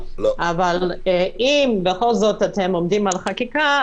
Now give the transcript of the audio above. אבל אם בכל זאת אתם עומדים על חקיקה,